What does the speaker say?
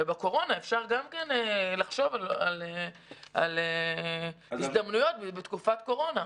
ובקורונה אפשר גם כן לחשוב על הזדמנויות בתקופת קורונה.